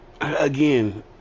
Again